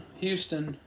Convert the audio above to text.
Houston